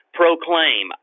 proclaim